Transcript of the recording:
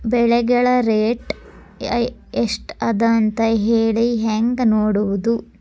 ಬೆಳೆಗಳ ರೇಟ್ ಎಷ್ಟ ಅದ ಅಂತ ಹೇಳಿ ಹೆಂಗ್ ನೋಡುವುದು?